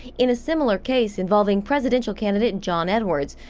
in a similar case involving presidential candidate john edwards,